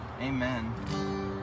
amen